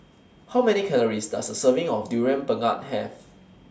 How Many Calories Does A Serving of Durian Pengat Have